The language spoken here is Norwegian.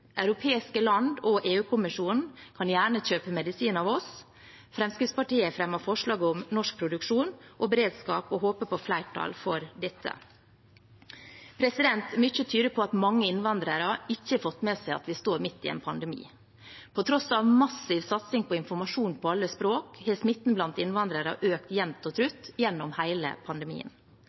Europeiske land og EU-kommisjonen kan gjerne kjøpe medisiner av oss. Fremskrittspartiet fremmer forslag om norsk produksjon og beredskap og håper på flertall for dette. Mye tyder på at mange innvandrere ikke har fått med seg at vi står midt i en pandemi. På tross av massiv satsing på informasjon på alle språk har smitten blant innvandrere økt jevnt og trutt gjennom hele pandemien.